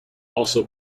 also